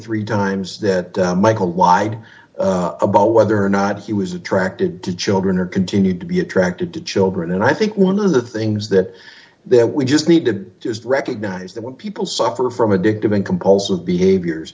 three times that michael lied about whether or not he was attracted to children or continued to be tracked it to children and i think one of the things that there we just need to just recognize that when people suffer from addictive and compulsive behaviors